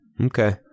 Okay